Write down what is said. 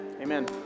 amen